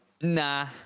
nah